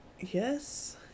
yes